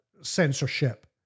censorship